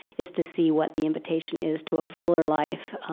is to see what the invitation is to a fuller life,